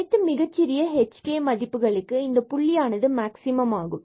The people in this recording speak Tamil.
அனைத்து மிகச்சிறிய h மற்றும் k மதிப்புக்கும் இந்த புள்ளியானது மேக்சிமம் ஆகும்